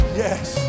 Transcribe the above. yes